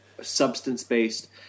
substance-based